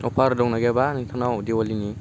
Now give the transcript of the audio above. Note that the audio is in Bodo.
अफार दंना गैयाब्रा नोंथांनाव दिवालीनि